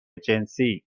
جنسی